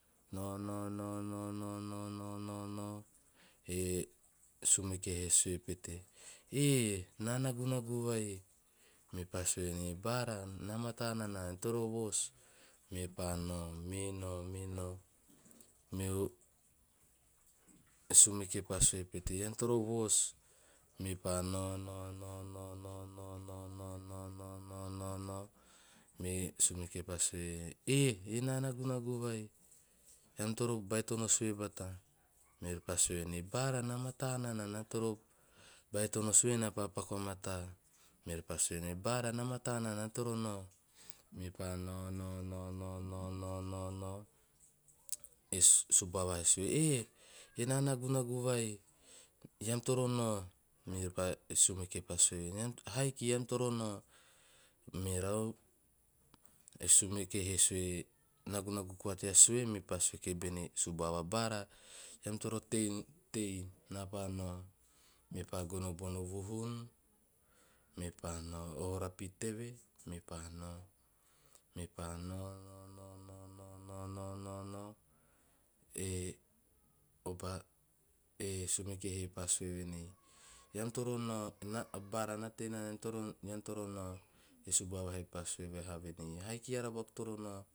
Nao nao nao nao nao nao nao nao, eh sumeke he sue pete "eh nagunagu vai" mepa sue venei, "bara na mataa nana ean toro voos." Mepa nao, me nao me nao me sumeke pa sue, "ean toro voos". Me pa noa noa noa noa noa noa noa noa noa noa noa noa, me sumeke pa suee, "eh ena nagunagu vai ean toro baitono suee bata." Me pa sue venei, "bara na mata nana ena toro baitono sue na re paa paku vamata." Mepa sue ven "bara na mata nana na toro nao." Mepa nao nao nao nao nao nao nao, eh subuava he sue "eh ena nagunagu vai, eam toro nao." Me sumeka pa sue venei "haiki toro nao." Merau e sumeke he sue nagunagu koa tea sue mepaa sue ki bene subuava "bara eam toro tei na paa nao." Me paa gono bona o vuhun mepa nao ae o rapi teve na pa nao- me pa nao nao nao nao nao nao nao. E sumuke he pa sue venei "ean toro nao a bara ean toro nao. E subuava he pa sue vaha venei "haiki eara buaku toro nao."